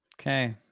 Okay